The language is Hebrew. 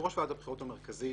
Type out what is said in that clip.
יושב-ראש ועדת הבחירות המרכזית